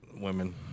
women